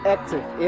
Active